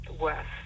west